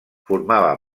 formava